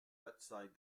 outside